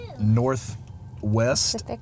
northwest